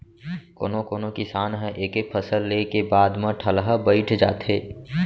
कोनो कोनो किसान ह एके फसल ले के बाद म ठलहा बइठ जाथे